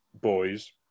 boys